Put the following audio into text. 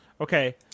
Okay